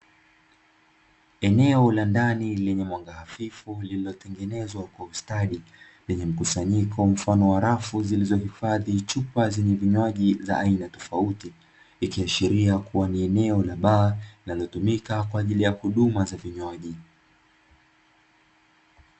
Eneo la ndani lenye mwanga hafifu, lililotengenezwa kwa ustadi; lenye mkusanyiko mfano wa rafu zilizohifadhi chupa zenye vinywaji za aina tofauti, ikiashiria kuwa ni eneo la baa; linalotumika kwa ajili ya huduma za vinywaji.